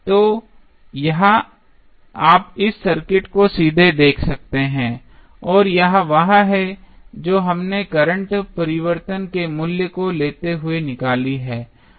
तो यह आप इस सर्किट से सीधे देख सकते हैं और यह वह है जो हमने करंट परिवर्तन के मूल्य को लेते हुए निकाली है जो है